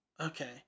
Okay